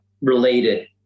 related